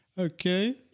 Okay